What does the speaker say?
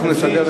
זה בחדר.